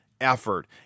effort